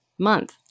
month